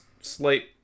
Slight